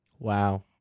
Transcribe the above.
Wow